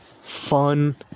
fun